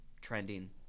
trending